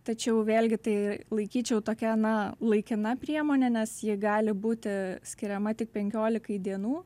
tačiau vėlgi tai laikyčiau tokia na laikina priemone nes ji gali būti skiriama tik penkiolikai dienų